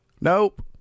Nope